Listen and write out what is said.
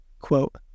quote